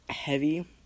heavy